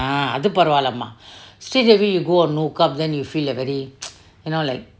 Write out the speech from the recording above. a'ah அது பரவால:athu paravala mah straight away you go no carb and then you feel very you know like